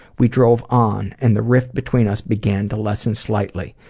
we drove on and the rift between us began to lessen slightly.